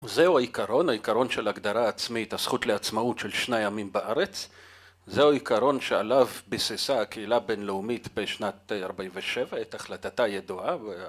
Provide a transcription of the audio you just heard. זהו העיקרון, העיקרון של הגדרה עצמית, הזכות לעצמאות של שני ימים בארץ זהו העיקרון שעליו ביססה הקהילה הבינלאומית בשנת 47' את החלטתה הידועה